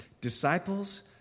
disciples